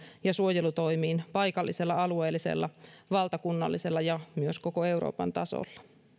ja suojelutoimiin paikallisella alueellisella valtakunnallisella ja myös koko euroopan tasolla